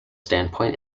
standpoint